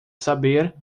saber